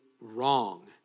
wrong